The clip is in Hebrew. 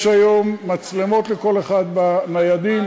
יש היום מצלמות לכל אחד, בניידים,